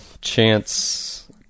chance